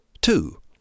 Two